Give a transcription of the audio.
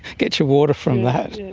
get your water from that.